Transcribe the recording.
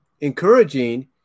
encouraging